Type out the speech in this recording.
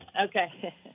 Okay